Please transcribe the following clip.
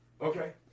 Okay